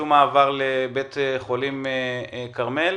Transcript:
ומשום מה עבר לבית החולים כרמל.